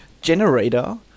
Generator